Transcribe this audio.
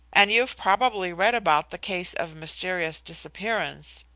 and you've probably read about the case of mysterious disappearance.